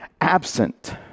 absent